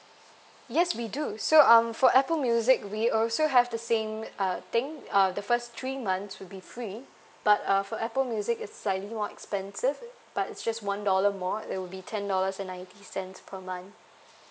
yes we do so um for apple music we also have the same uh thing uh the first three months will be free but uh for apple music it's slightly more expensive but it's just one dollar more it will be ten dollars and ninety cents per month